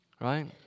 Right